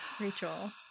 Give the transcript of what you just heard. Rachel